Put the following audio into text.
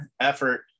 effort